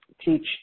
teach